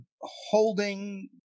holding